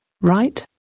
right